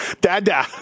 Dada